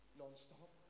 nonstop